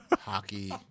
Hockey